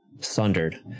Sundered